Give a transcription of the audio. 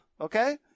Okay